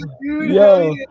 Yo